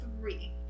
three